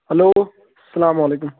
hello اَلسلامُ علیکُم